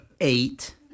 Eight